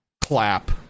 clap